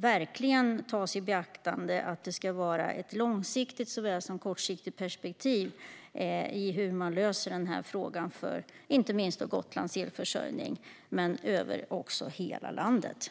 verkligen ta i beaktande att det ska finnas såväl ett långsiktigt som ett kortsiktigt perspektiv i lösningen på frågan. Det gäller inte minst Gotlands elförsörjning, men det gäller även elförsörjningen i hela landet.